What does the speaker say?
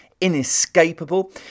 Inescapable